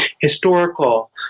historical